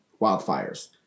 wildfires